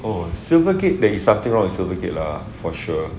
oh silver gate I think there is something wrong with silver gate lah for sure